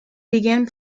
began